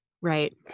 Right